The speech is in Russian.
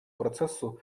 процессу